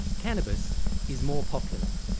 cannabis is more popular,